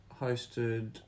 hosted